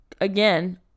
again